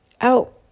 out